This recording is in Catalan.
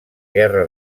guerra